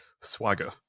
swagger